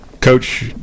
Coach